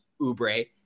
Ubre